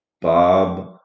Bob